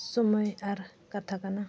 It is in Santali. ᱥᱚᱢᱚᱭ ᱟᱨ ᱠᱟᱛᱷᱟ ᱠᱟᱱᱟ